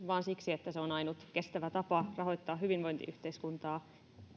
vaan siksi että se on ainut kestävä tapa rahoittaa hyvinvointiyhteiskuntaa